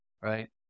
right